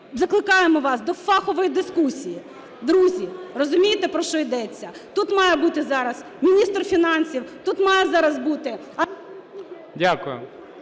Закликаємо вас до фахової дискусії. Друзі, розумієте, про що йдеться? Тут має бути зараз міністр фінансів, тут має зараз бути…